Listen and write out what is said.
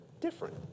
Different